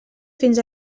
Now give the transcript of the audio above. fins